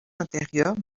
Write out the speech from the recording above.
intérieure